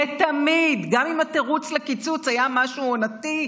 גם אם התירוץ לקיצוץ היה משהו עונתי,